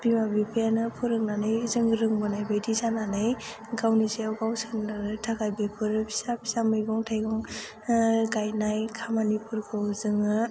बिमा बिफायानो फोरोंनानै जों रोंबोनाय बायदि जानानै गावनि सायाव गाव सानना लानो थाखाय बेफोरो फिसा फिसा मैगं थाइगं गायनाय खामानिफोरखौ जोङो